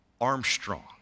Armstrong